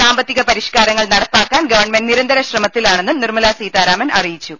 സാമ്പത്തിക പരിഷ്കാരങ്ങൾ നടപ്പാക്കാൻ ഗവൺമെന്റ് നിരന്തര ശ്രമത്തിലാണെന്നും നിർമ്മലാ സീതാരാമൻ അറിയിച്ചു